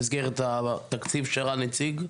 במסגרת התקציב שהראה הנציג,